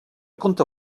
compte